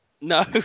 No